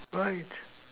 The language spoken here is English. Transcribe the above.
right